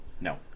No